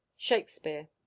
shakespeare